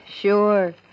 sure